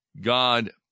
God